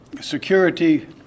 security